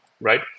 right